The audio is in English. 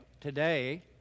today